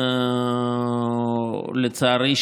לצערי,